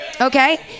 Okay